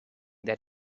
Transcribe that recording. that